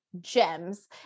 gems